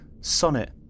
Sonnet